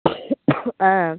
ஆ